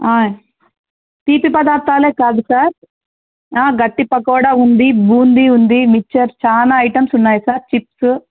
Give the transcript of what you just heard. తీపి పదార్థాలే కాదు సార్ గట్టి పకోడా ఉంది బూందీ ఉంది మిక్చర్ చాల ఐటమ్స్ ఉన్నాయి సార్ చిప్స్